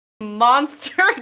monster